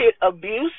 abuse